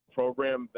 program